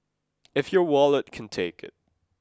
if your wallet can take it